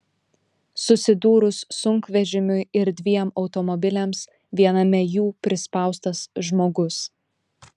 susidūrus sunkvežimiui ir dviem automobiliams viename jų prispaustas žmogus